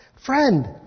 Friend